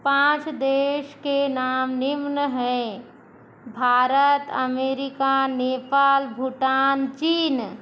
पाँच देश के नाम निम्न है भारत अमेरिका नेपाल भूटान चीन